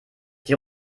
die